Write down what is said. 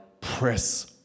press